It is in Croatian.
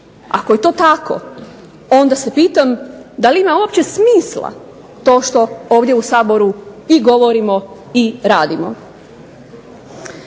Ako je to tako onda se pitam da li ima uopće smisla ovo što u Saboru govorimo i radimo.